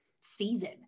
season